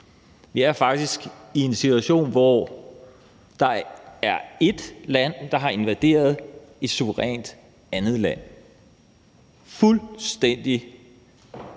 Vi er faktisk i en situation, hvor der er et land, der har invaderet et suverænt andet land, fuldstændig